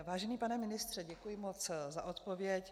Vážený pane ministře, děkuji moc za odpověď.